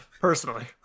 Personally